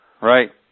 Right